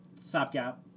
stopgap